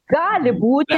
gali būti